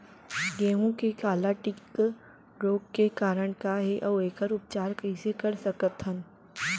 गेहूँ के काला टिक रोग के कारण का हे अऊ एखर उपचार कइसे कर सकत हन?